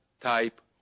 type